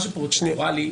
משהו פרוצדורלי,